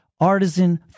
Artisan